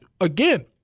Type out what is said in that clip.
again